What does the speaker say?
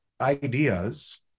ideas